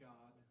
God